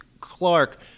Clark